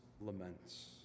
laments